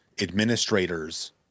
administrators